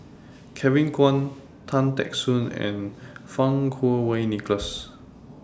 Kevin Kwan Tan Teck Soon and Fang Kuo Wei Nicholas